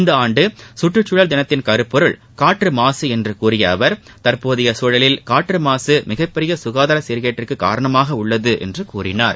இந்த ஆண்டு கற்றுச் சூழல் தினத்தின் கருப்பொருள் காற்றுமாக என்று கூறிய அவர் தற்போதைய சூழலில் காற்றுமாக மிகப்பெரிய சுகாதார சீர்கேட்டிற்கு காரணமாக உள்ளது என்று கூறினார்